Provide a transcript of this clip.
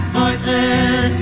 voices